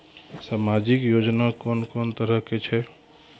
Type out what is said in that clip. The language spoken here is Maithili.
समाजिक योजना कून कून तरहक छै?